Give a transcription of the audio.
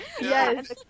yes